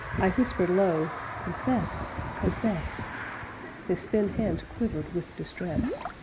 i whispered low, confess, confess his thin hands quivered with distress.